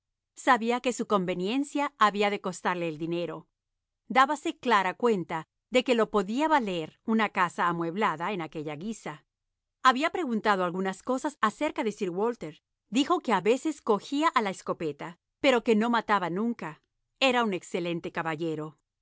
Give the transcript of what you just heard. sabía que su conveniencia había de costarle el dinero dábase clara cuenta de lo que podría valer una casa amueblada en aquella guisa había preguntado algunas cosas acerca de sir walter dijo que a veces cogía la escopeta pero que no mataba nunca era un excelente caballero